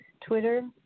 Twitter